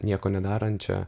nieko nedarant čia